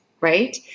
right